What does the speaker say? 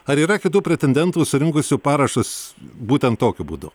ar yra kitų pretendentų surinkusių parašus būtent tokiu būdu